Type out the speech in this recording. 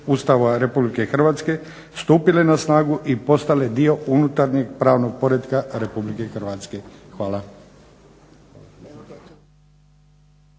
Ustava Republike Hrvatske stupile na snagu i postale dio unutarnjeg pravnog poretka Republike Hrvatske. Hvala.